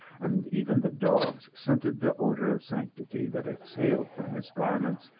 and even the dogs scented the odo ir of sanctity that exhaled from his garments,